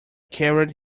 carried